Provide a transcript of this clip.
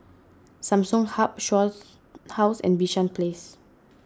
Samsung Hub Shaw House and Bishan Place